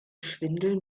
schwindel